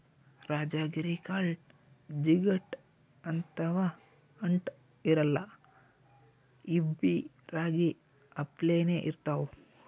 ರಾಜಗಿರಿ ಕಾಳ್ ಜಿಗಟ್ ಅಥವಾ ಅಂಟ್ ಇರಲ್ಲಾ ಇವ್ಬಿ ರಾಗಿ ಅಪ್ಲೆನೇ ಇರ್ತವ್